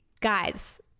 Guys